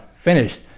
finished